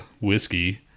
whiskey